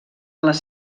les